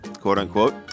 quote-unquote